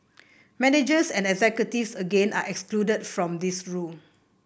managers and executives again are excluded from this rule